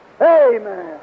Amen